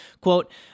quote